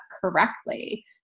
correctly